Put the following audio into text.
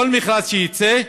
כל מכרז שיצא,